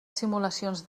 simulacions